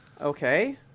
Okay